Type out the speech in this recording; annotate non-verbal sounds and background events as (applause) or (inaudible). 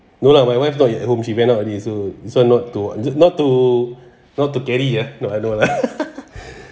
no lah my wife not at home she went out already so so I'm not to not to not to carry ah no I don't want lah (laughs)